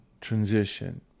transition